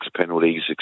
penalties